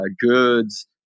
goods